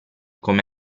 come